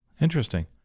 Interesting